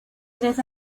tres